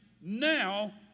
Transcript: now